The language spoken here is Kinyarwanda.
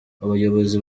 abayobozi